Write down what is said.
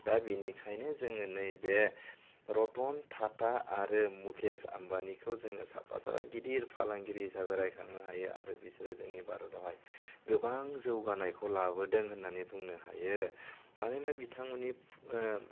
दा बेनिखायनो जोङो नैबे रतन टाटा आरो मुकेश आम्बानीखौ जोङो साफा साफा गिदिर फालांगिरि हिसाबै रायखांनो आरो बिसोरो जोंनि भारतआवहाय गोबां जौगानायखौ लाबोदों होननानै बुंनो हायो मानोना बिथांमोननि